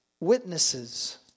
Witnesses